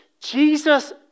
Jesus